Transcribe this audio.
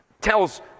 tells